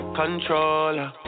controller